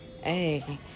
hey